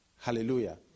Hallelujah